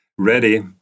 ready